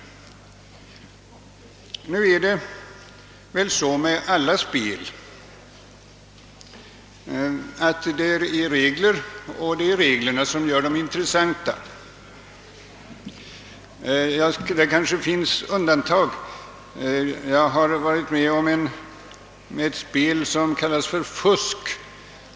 Det är väl så med alla spel att det är reglerna som gör dem intressanta. Det kanske dock finns undantag. Jag har varit med om ett spel som kallas för fusk.